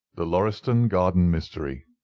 the lauriston garden mystery